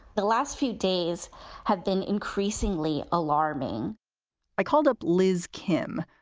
the last few days have been increasingly alarming i called up liz kim,